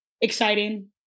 exciting